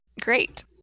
great